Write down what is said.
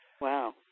wow